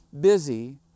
busy